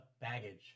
baggage